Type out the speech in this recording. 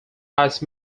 highest